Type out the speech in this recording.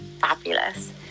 fabulous